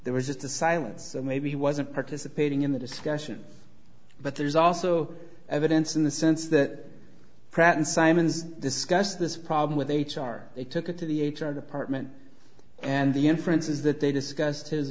there was just a silence so maybe he wasn't participating in the discussion but there's also evidence in the sense that pratt and simon's discussed this problem with h r they took it to the h r department and the inference is that they discussed